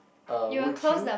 uh would you